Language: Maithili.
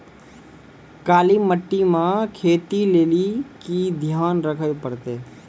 काली मिट्टी मे खेती लेली की ध्यान रखे परतै?